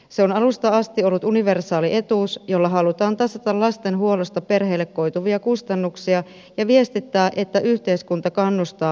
se on alusta asti ollut universaali etuus jolla halutaan tasata lasten huollosta perheille koituvia kustannuksia ja viestittää että yhteiskunta kannustaa lastenhankintaan